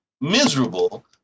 miserable